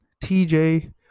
TJ